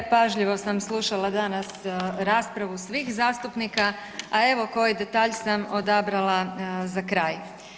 Pažljivo sam slušala danas raspravu svih zastupnika, a evo koje detalje sam odabrala za kraj.